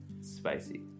spicy